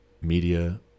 media